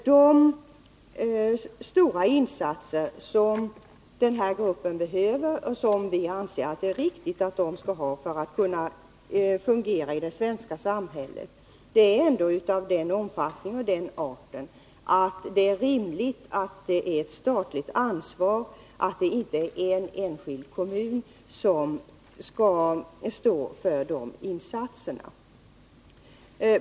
De stora insatser som den här gruppen behöver — och som vi anser det riktigt att den skall ha för att kunna fungera i det svenska samhället — är ändå av den omfattning och den art att det är rimligt att det är ett statligt ansvar, så att det inte är en enskild kommun som skall behöva stå för de insatserna.